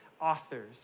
authors